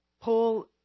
Paul